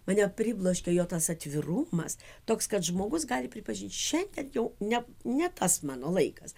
mane pribloškė jo tas atvirumas toks kad žmogus gali pripažint šiandien jau ne ne tas mano laikas